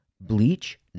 Bleach